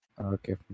Okay